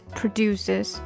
produces